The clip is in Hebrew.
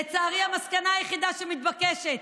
לצערי המסקנה היחידה שמתבקשת,